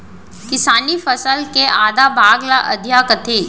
किसानी फसल के आधा भाग ल अधिया कथें